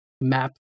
map